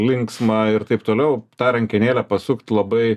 linksma ir taip toliau tą rankenėlę pasukt labai